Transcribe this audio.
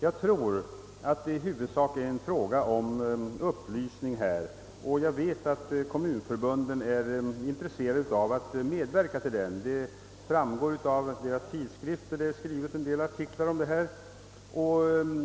Jag tror att det i huvudsak är en fråga om upplysning och jag vet att kommunförbunden är intresserade av att medverka härtill, vilket bl.a. framgår av deras tidskrifter där det skrivits en hel del artiklar härom.